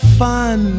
fun